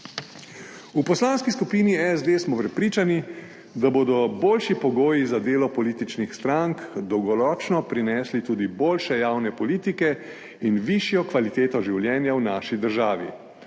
V Poslanski skupini SD smo prepričani, da bodo boljši pogoji za delo političnih strank dolgoročno prinesli tudi boljše javne politike in višjo kvaliteto življenja v naši državi.